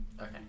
Okay